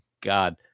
God